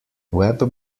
web